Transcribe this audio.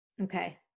Okay